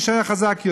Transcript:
מי שהיה חזק יותר.